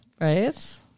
Right